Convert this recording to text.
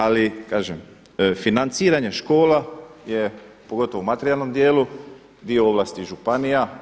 Ali kažem, financiranje škola je pogotovo u materijalnom dijelu dio ovlasti županija.